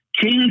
King